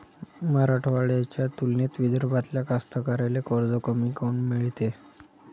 मराठवाड्याच्या तुलनेत विदर्भातल्या कास्तकाराइले कर्ज कमी काऊन मिळते?